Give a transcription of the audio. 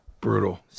brutal